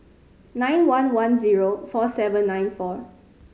nine one one zero four seven nine four